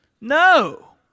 No